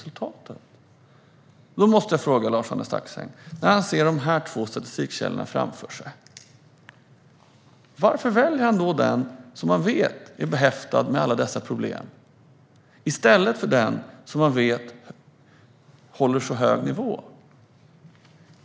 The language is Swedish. Jag måste få ställa ett par frågor till Lars-Arne Staxäng. När han har dessa båda statistikkällor framför sig undrar jag varför han väljer den källa som han vet är behäftad med en massa problem i stället för den som han vet håller hög nivå.